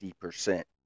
percent